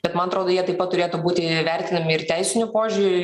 bet man atrodo jie taip pat turėtų būti vertinami ir teisiniu požiūriu